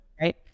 right